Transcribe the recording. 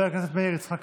אבל שני שרי אוצר,